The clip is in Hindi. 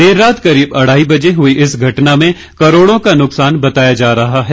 देर रात करीब अढ़ाई बजे हुई इस घटना में करोड़ों का नुकसान बताया जा रहा है